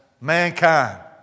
mankind